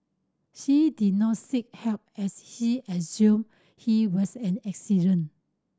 she did not seek help as she assumed it was an accident